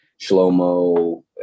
Shlomo